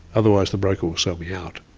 otherwise the broker will sell me out.